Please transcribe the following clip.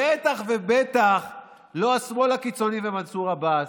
בטח ובטח לא השמאל הקיצוני ומנסור עבאס.